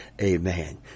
amen